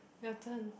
your turn